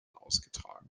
ausgetragen